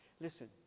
Listen